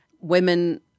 women